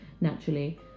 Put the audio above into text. naturally